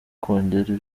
kongera